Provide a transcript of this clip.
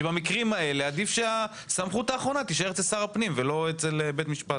במקרים האלה עדיף שהסמכות האחרונה תישאר אצל שר הפנים ולא בבית משפט.